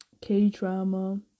K-drama